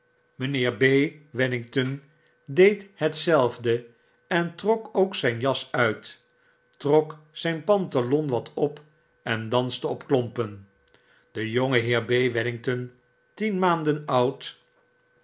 mpheerb wedgington deed hetzelfde en trok ook zijn jas uit trok zgn pantalon wat op en danste op klompen de jongeheer b wedgington tien maanden oud